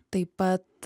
taip pat